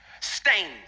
Stains